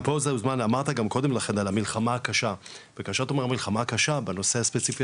אמרת קודם לכן על המלחמה הקשה בנושא הספציפי